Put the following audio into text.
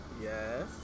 Yes